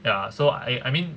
ya so I I mean